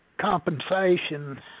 compensation